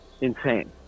insane